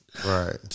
Right